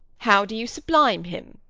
how do you sublime him?